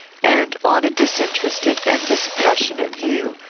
and on a disinterested and dispassionate view,